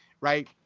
Right